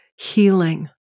healing